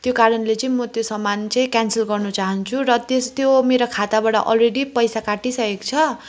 त्यो कारणले चाहिँ म त्यो सामान चाहिँ क्यान्सल गर्न चाहन्छु र त्यस त्यो मेरो खाताबाट अलरेडी पैसा काटिइसकेको छ